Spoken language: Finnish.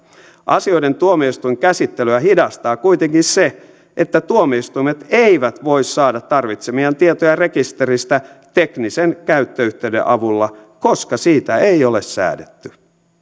asioiden tuomioistuinkäsittelyä hidastaa kuitenkin se että tuomioistuimet eivät voi saada tarvitsemiaan tietoja rekisteristä teknisen käyttöyhteyden avulla koska siitä ei ole säädetty